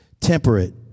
temperate